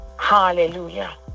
Hallelujah